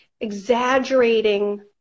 exaggerating